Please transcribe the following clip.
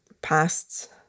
past